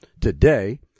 today